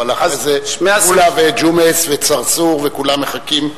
אבל אחרי זה מולה וג'ומס וצרצור, כולם מחכים.